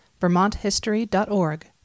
vermonthistory.org